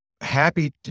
happy